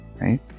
right